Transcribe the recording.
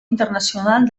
internacional